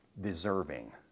deserving